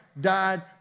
died